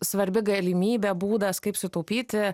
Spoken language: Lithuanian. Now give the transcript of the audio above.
svarbi galimybė būdas kaip sutaupyti